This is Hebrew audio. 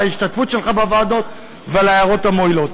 ההשתתפות שלך בוועדות ועל ההערות המועילות.